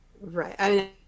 Right